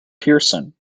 pearson